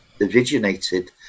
originated